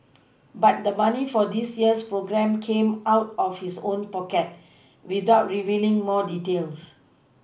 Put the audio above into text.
but the money for this year's programme came out of his own pocket without revealing more details